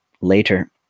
later